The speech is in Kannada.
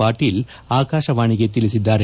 ಪಾಟೀಲ್ ಆಕಾಶವಾಣಿಗೆ ತಿಳಿಸಿದ್ದಾರೆ